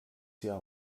jahr